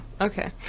okay